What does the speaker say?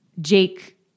Jake